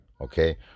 Okay